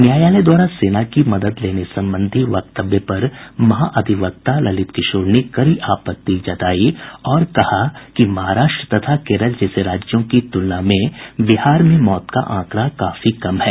न्यायालय द्वारा सेना की मदद लेने संबंधी वक्तव्य पर महाधिवक्ता ललित किशोर ने कड़ी आपत्ति जताई और कहा कि महाराष्ट्र तथा केरल जैसे राज्यों की तुलना में बिहार में मौत का आंकड़ा काफी कम है